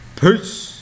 Peace